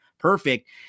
perfect